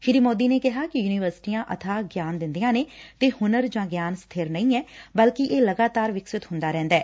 ਸ੍ਰੀ ਮੋਦੀ ਨੇ ਕਿਹਾ ਕਿ ਯੁਨੀਵਰਸਿਟੀਆਂ ਅਬਾਹ ਗਿਆਨ ਦਿੱਦਿਆਂ ਨੇ ਤੇ ਹੁਨਰ ਜਾਂ ਗਿਆਨ ਸਬਿਰ ਨਹੀ ਐ ਬਲਕਿ ਇਹ ਲਗਾਤਾਰ ਵਿਕਸਿਤ ਹੁੰਦਾ ਰਹਿੰਦੈ